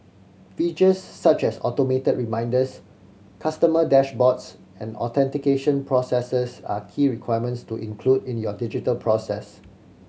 features such as automated reminders customer dashboards and authentication processes are key requirements to include in your digital process